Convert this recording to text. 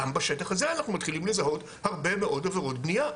גם בשטח הזה אנחנו מתחילים לזהות הרבה מאוד עבירות בנייה.